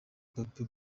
bobby